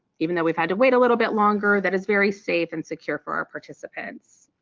even though we've had to wait a little bit longer that is very safe and secure for our participants.